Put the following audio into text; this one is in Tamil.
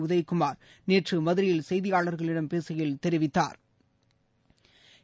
உதயகுமார் நேற்று மதுரையில் செய்தியாளர்களிடம் பேசுகையில் தெரிவித்தாா்